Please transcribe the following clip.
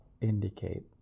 indicate